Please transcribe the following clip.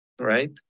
right